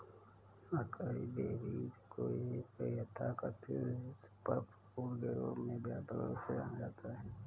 acai berries को एक तथाकथित सुपरफूड के रूप में व्यापक रूप से जाना जाता है